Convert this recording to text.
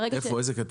איפה זה כתוב?